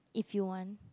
if you want